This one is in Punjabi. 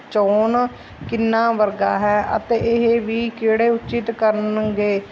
ਚੋਣ ਕਿਹਨਾਂ ਵਰਗਾ ਹੈ ਅਤੇ ਇਹ ਵੀ ਕਿਹੜੇ ਉੱਚਿੱਤ ਕਰਨਗੇ